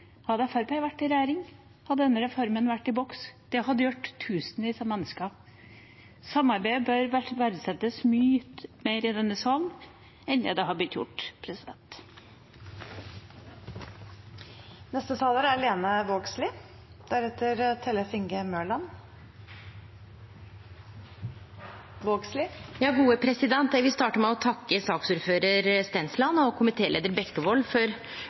Hadde Fremskrittspartiet vært i regjering, hadde denne reformen vært i boks. Det hadde hjulpet tusenvis av mennesker. Samarbeid bør verdsettes mye mer i denne salen enn det har blitt gjort. Eg vil starte med å takke saksordførar Stensland og komitéleiar Bekkevold for gode